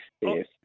Yes